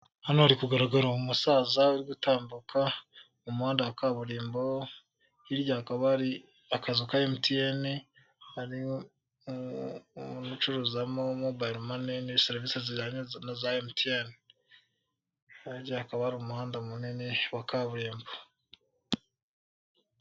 Hano hari kugaragara umusaza uri gutambuka, umuhanda wa kaburimbo, hirya hakaba ari akazu ka MTN, hari umuntu ucuruzamo mobayiro mani ni serivise zijyanye na za MTN, hirya hakaba hari umuhanda munini wa kaburimbo.